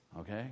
Okay